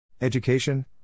Education